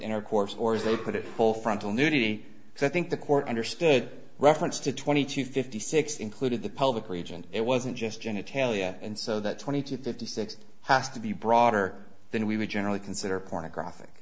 intercourse or as they put it full frontal nudity so i think the court understood reference to twenty two fifty six included the public regent it wasn't just genitalia and so that twenty two fifty six has to be broader than we would generally consider pornographic